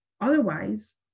otherwise